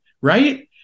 right